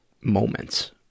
moments